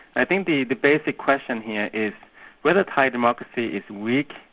i think the basic question here is whether thai democracy is weak,